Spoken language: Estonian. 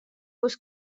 kus